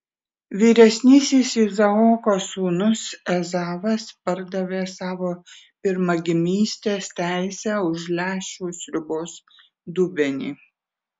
vyresnysis izaoko sūnus ezavas pardavė savo pirmagimystės teisę už lęšių sriubos dubenį